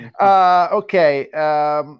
Okay